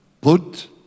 Put